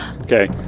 Okay